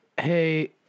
Hey